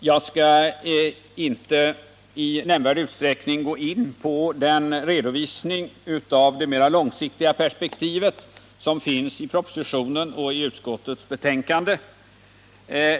Jag skall inte i nämnvärd utsträckning gå in på den redovisning av det mer långsiktiga perspektiv som finns i propositionen och i utskottets betänkande.